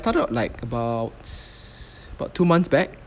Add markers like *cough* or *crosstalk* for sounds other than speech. I started out like about *noise* about two months back